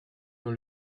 dans